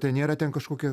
ten nėra ten kažkokia